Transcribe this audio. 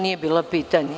Nije bilo pitanje.